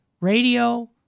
radio